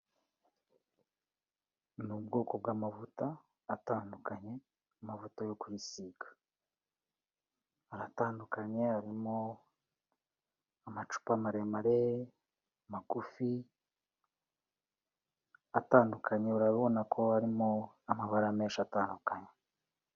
Ni ubwoko bw'amavuta atandukanye amavuta yo kusiga, aratandukanye harimo amacupa maremare, magufi atandukanye urabona ko harimo amabara menshi atandukanye.